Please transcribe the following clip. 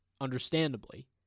understandably